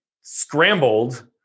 scrambled